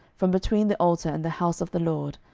from between the altar and the house of the lord,